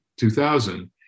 2000